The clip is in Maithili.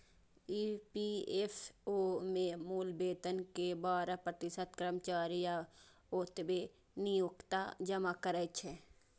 ई.पी.एफ.ओ मे मूल वेतन के बारह प्रतिशत कर्मचारी आ ओतबे नियोक्ता जमा करै छै